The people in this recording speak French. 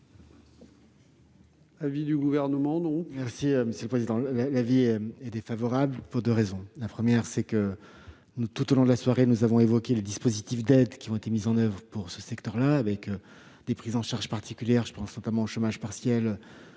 l'avis du Gouvernement ?